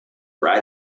write